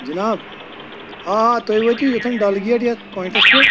جِناب آ آ تُہۍ وٲتِو یوٚتَھن ڈَلگیٹ یَتھ پوینٹَس پٮ۪ٹھ